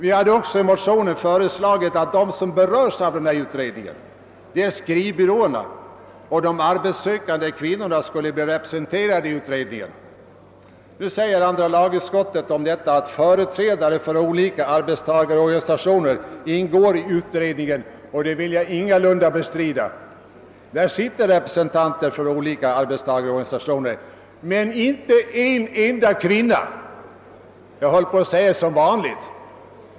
I motionen har vi också föreslagit att de som berörs av denna utredning — det är skrivbyråerna och de arbetssökande kvinnorna — skulle bli representerade i utredningen. Nu säger andra lagutskottet om detta, att företrädare för olika arbetstagarorganisationer ingår i utredningen. Detta vill jag ingalunda bestrida. Där sitter representanter för olika arbetstagarorganisatione:'; men inte en enda kvinna — jag höll på att säga: som vanligt.